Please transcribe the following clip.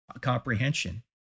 comprehension